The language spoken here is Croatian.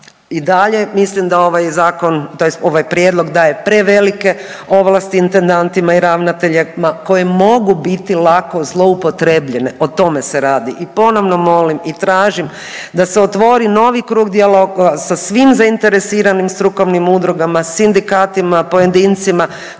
i dalje mislim da ovaj zakon tj. ovaj prijedlog daje prevelike ovlasti intendantima i ravnateljima koje mogu biti lako zlouporabljene o tome se radi. I ponovno molim i tražim da se otvori novi krug dijaloga sa svim zainteresiranim strukovnim udrugama, sindikatima, pojedincima